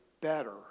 better